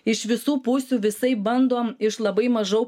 iš visų pusių visaip bandom iš labai mažau